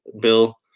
Bill